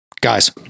Guys